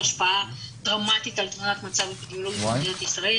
לקצר בבדיקת PCR שנערכת החל מהיום השביעי.